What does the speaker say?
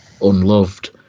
Unloved